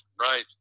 right